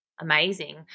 amazing